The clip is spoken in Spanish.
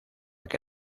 que